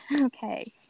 Okay